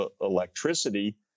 electricity